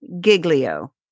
Giglio